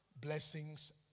blessings